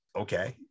okay